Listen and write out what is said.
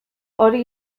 hori